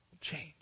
change